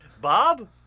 Bob